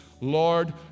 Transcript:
Lord